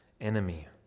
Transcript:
enemy